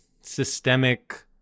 systemic